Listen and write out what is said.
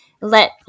let